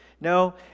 No